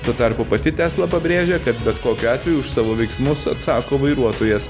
tuo tarpu pati tesla pabrėžia kad bet kokiu atveju už savo veiksmus atsako vairuotojas